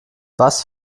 was